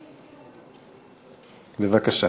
בבקשה.